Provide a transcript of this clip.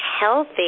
healthy